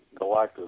Galactus